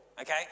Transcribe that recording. Okay